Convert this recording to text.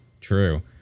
true